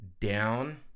down